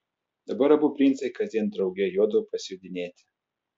dabar abu princai kasdien drauge jodavo pasijodinėti